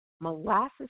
molasses